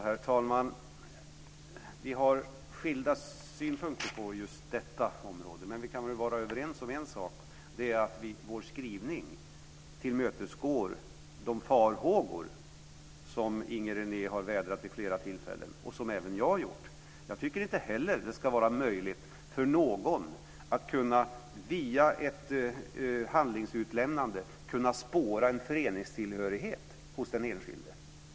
Herr talman! Vi har skilda synpunkter på just detta område, men vi kan väl vara överens om en sak, och det är att vår skrivning tillmötesgår de farhågor som Inger René har vädrat vid flera tillfällen - och det har även jag gjort. Jag tycker inte heller att det ska vara möjligt för någon att via ett utlämnande av handlingar kunna spåra en föreningstillhörighet hos den enskilde.